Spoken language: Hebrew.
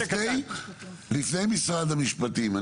לפני משרד המשפטים.